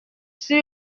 sur